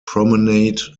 promenade